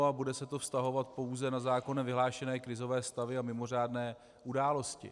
A bude se to vztahovat pouze na zákonem vyhlášené krizové stavy a mimořádné události.